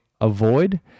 avoid